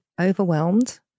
overwhelmed